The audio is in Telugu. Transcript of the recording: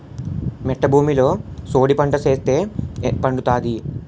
మెట్ట భూమిలో సోడిపంట ఏస్తే పండుతాది